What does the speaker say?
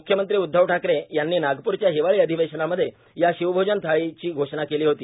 म्ख्यमंत्री उध्दव ठाकरे यांनी नागप्रच्या हिवाळी अधिवेशनामध्ये या शिवभोजन थाळी घोशणा केली होती